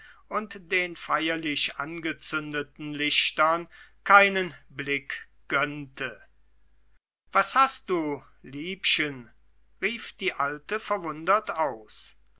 und den feierlich angezündeten lichtern keinen blick gönnte was hast du liebchen rief die alte verwundert aus